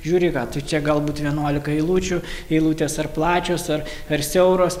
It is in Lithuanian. žiūri ką tu čia galbūt vienuolika eilučių eilutės ar plačios ar per siauros